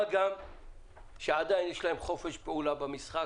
מה גם שעדיין יש להם חופש פעולה במשחק